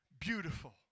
beautiful